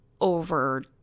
over